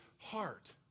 heart